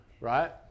right